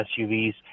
SUVs